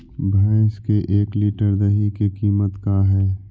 भैंस के एक लीटर दही के कीमत का है?